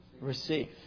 receive